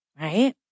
right